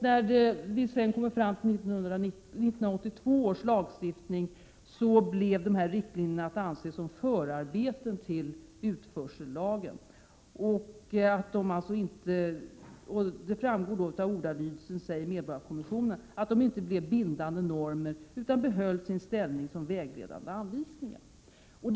När vi sedan kommer fram till 1982 års lagstiftning, blev dessa riktlinjer att anse som förarbeten till utförsellagen. Det framgår av ordalydelsen, säger medborgarkommissionen, att de inte blev bindande normer utan behöll sin ställning som vägledande anvisningar.